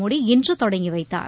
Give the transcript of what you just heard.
மோடி இன்று தொடங்கி வைத்தார்